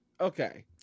Okay